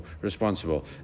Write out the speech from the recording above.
responsible